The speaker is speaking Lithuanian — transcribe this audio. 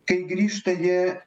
kai grįžta jie